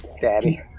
Daddy